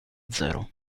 zero